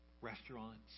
restaurants